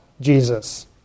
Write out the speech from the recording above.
Jesus